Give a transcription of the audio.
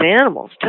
animals